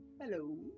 Hello